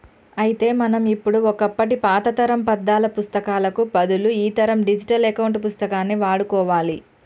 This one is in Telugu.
అయితే మనం ఇప్పుడు ఒకప్పటి పాతతరం పద్దాల పుత్తకాలకు బదులు ఈతరం డిజిటల్ అకౌంట్ పుస్తకాన్ని వాడుకోవాలి